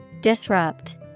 Disrupt